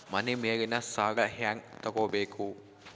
ಮನಿ ಮೇಲಿನ ಸಾಲ ಹ್ಯಾಂಗ್ ತಗೋಬೇಕು?